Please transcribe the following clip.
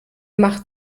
macht